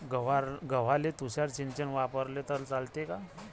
गव्हाले तुषार सिंचन वापरले तर चालते का?